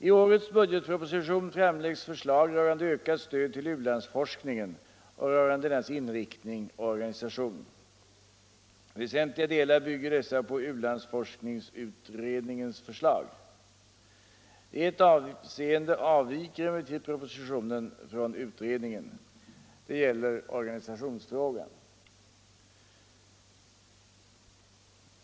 I årets budgetproposition framläggs förslag rörande ökat stöd till ulandsforskningen och rörande dennas inriktning och organisation. I väsentliga delar bygger dessa på u-landsforskningsutredningens förslag. I ett avseende avviker emellertid propositionen från utredningen. Det gäller organisationsfrågan.